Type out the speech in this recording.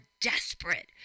desperate